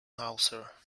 mouser